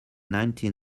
nineteen